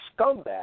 scumbag